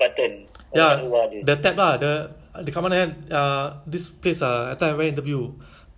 like you thought because there's like like there's two screens kan too many screen one is left one is right kan